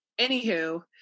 anywho